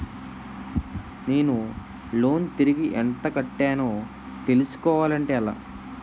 నేను లోన్ తిరిగి ఎంత కట్టానో తెలుసుకోవాలి అంటే ఎలా?